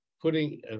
putting